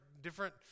different